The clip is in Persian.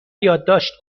یادداشت